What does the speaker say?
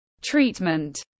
treatment